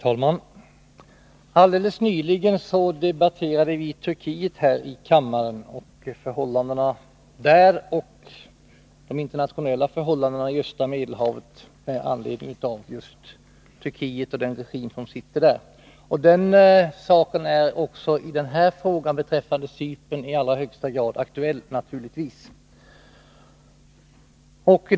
Herr talman! Helt nyligen debatterade vi här i kammaren förhållandena i Turkiet och östra Medelhavsområdet med anledning av Turkiet och dess regim. Även när det gäller den här frågan, Cypern, är naturligtvis det internationella läget i allra högsta grad aktuellt.